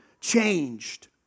changed